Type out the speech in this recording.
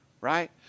Right